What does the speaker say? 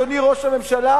אדוני ראש הממשלה,